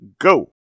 go